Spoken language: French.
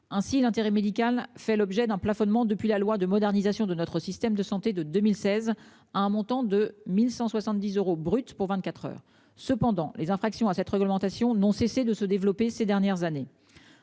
ainsi l'intérêt médical fait l'objet d'un plafonnement depuis la loi de modernisation de notre système de santé de 2016 à un montant de 1170 euros brut pour 24h. Cependant les infractions à cette réglementation n'ont cessé de se développer ces dernières années.